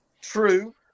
True